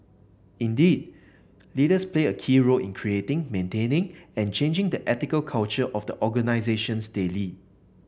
indeed leaders play a key role in creating maintaining and changing the ethical culture of the organisations they lead